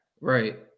Right